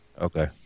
Okay